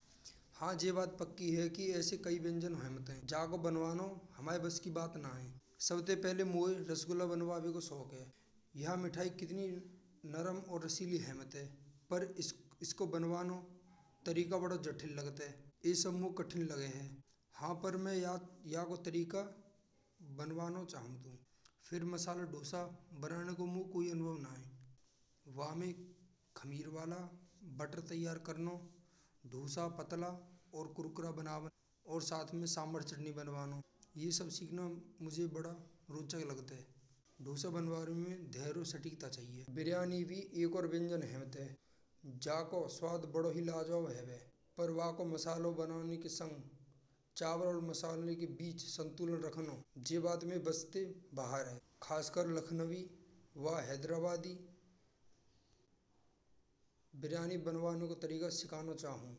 हाँ जी बात पक्की है कि ऐसी कई व्यंजन हेतु है। जाको बनावनो हमारे बस की बात ना आए। सबसे पहिले मोए रासगुल्ला बनावने को शौक है। यहाँ मिठाई कितनी नरम और रसीली रहमत है। पर इसको बनवनो का तरीका बड़ा जटिल लगते हैं। इस समूह कठिन लगे हैं। हाँ, पर मैं याद या तरीका बनवना चाहत हूँ। एफआईआर मसाला दोसा बनाने को मो कौ अनुभव न हेवे। स्वामी खमीर वाला मक्खन तैयार करना दूसरा पतला और कुरकुरे बनावट और साथ में सांभर चटनी बनवा लो। यह सब सिखाना मुझे बड़ा रोचक लगता है। दोसा बनवारी में धैर्य और सटीकता चाहिए। बिरयानी भी एक और व्यंजन होते। जा को स्वाद बड़ा ही लाजवाब पर्व को मसाला बनाने के संग चावल और मसाले के बीच संतुलन रखना। या खराब में बसते बाहर है खासर लखनवी वाह हैदराबादी बिरयानी बनवने को तरीका सिखाना चाहू हूँ।